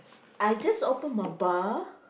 I just open my bar